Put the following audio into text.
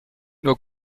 nur